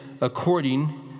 according